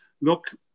look